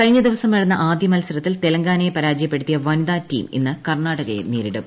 കഴിഞ്ഞ ദിവസം നടന്ന ആദ്യ് മത്സരത്തിൽ തെലങ്കാനയെ പരാജ യപ്പെടുത്തിയ വനിതാട്ട്രീഫ് ഇന്ന് കർണാകയെ നേരിടും